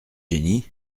jenny